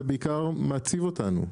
זה בעיקר מעציב אותנו.